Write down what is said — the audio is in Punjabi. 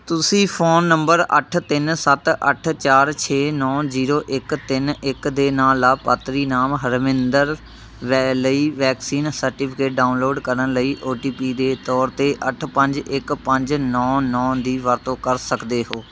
ਤੁਸੀਂ ਫ਼ੋਨ ਨੰਬਰ ਅੱਠ ਤਿੰਨ ਸੱਤ ਅੱਠ ਚਾਰ ਛੇ ਨੌ ਜੀਰੋ ਇੱਕ ਤਿੰਨ ਇੱਕ ਦੇ ਨਾਲ ਲਾਭਪਾਤਰੀ ਨਾਮ ਹਰਮਿੰਦਰ ਵੈ ਲਈ ਵੈਕਸੀਨ ਸਰਟੀਫਿਕੇਟ ਡਾਊਨਲੋਡ ਕਰਨ ਲਈ ਓ ਟੀ ਪੀ ਦੇ ਤੌਰ 'ਤੇ ਅੱਠ ਪੰਜ ਇੱਕ ਪੰਜ ਨੌ ਨੌ ਦੀ ਵਰਤੋਂ ਕਰ ਸਕਦੇ ਹੋ